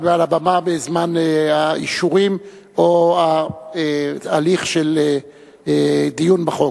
מעל הבמה בזמן האישורים או ההליך של הדיון בחוק.